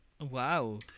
Wow